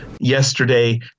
yesterday